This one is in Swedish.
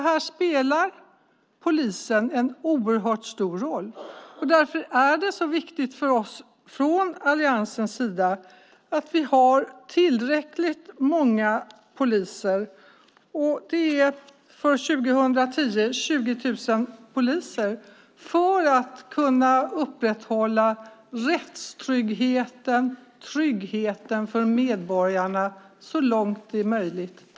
Här spelar polisen en oerhört stor roll, och därför är det så viktigt för oss från alliansens sida att vi har tillräckligt många poliser - för 2010 är det 20 000 poliser - för att kunna upprätthålla rättstryggheten och tryggheten för medborgarna så långt det är möjligt.